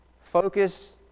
Focus